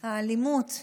האלימות,